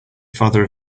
father